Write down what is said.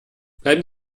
bleiben